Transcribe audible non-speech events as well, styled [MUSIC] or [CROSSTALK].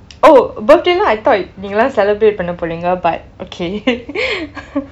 oh birthday lah I thought நீங்கலாம்:ninkalaam celebrate பன்ன போறிங்க:panna poringa but okay [NOISE]